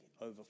over